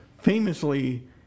famously